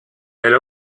elle